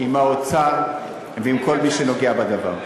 עם האוצר ועם כל מי שנוגע בדבר.